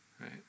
right